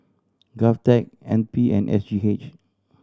GovTech N P and S G H